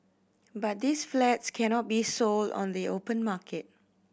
but these flats cannot be sold on the open market